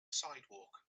sidewalk